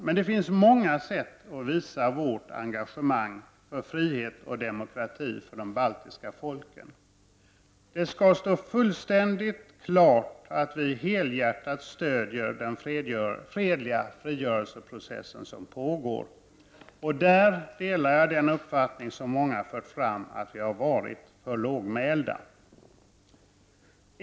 Men det finns många sätt att visa vårt engagemang för frihet och demokrati för de baltiska folken. Det skall stå fullständigt klart att vi helhjärtat stödjer den fredliga frigörelseprocess som pågår. Jag delar den uppfattning som många har fört fram, att vi har varit för lågmälda.